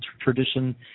tradition